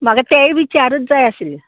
म्हाका तेय बी चारूत जाय आशिल्ले